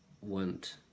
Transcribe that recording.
went